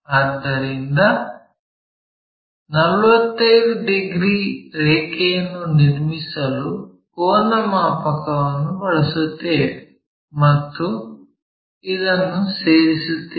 ಆದ್ದರಿಂದ 45 ಡಿಗ್ರಿ ರೇಖೆಯನ್ನು ನಿರ್ಮಿಸಲು ಕೋನಮಾಪಕವನ್ನು ಬಳಸುತ್ತೇವೆ ಮತ್ತು ಇದನ್ನು ಸೇರಿಸುತ್ತೇವೆ